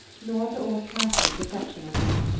nor to old catherine's reception of her.